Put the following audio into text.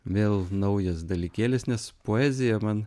vėl naujas dalykėlis nes poezija man